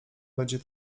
będzie